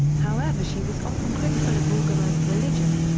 however she was often critical of organised religion.